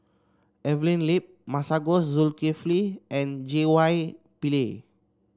Evelyn Lip Masagos Zulkifli and J Y Pillay